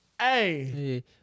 hey